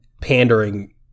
pandering